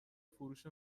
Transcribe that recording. فروش